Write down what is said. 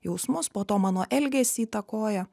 jausmus po to mano elgesį įtakoja